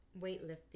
weightlifting